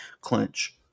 clinch